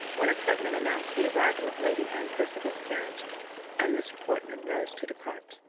when a footman announced the arrival of lady anne percival's carriage and miss portman rose to depart.